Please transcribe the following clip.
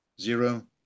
zero